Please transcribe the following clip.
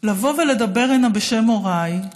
כדי לבוא הנה ולדבר בשם הוריי,